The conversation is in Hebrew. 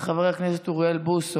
חבר הכנסת אוריאל בוסו,